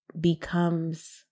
becomes